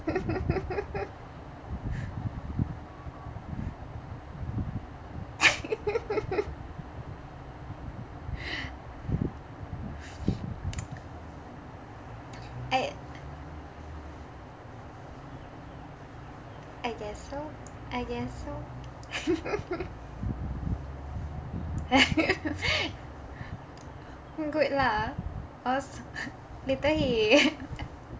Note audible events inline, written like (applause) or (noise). (laughs) I I guess so I guess so (laughs) good lah or else (laughs) later he (laughs)